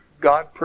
God